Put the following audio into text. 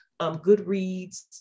Goodreads